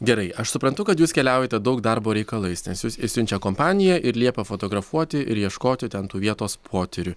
gerai aš suprantu kad jūs keliaujate daug darbo reikalais nes jus išsiunčia kompanija ir liepia fotografuoti ir ieškoti ten tų vietos potyrių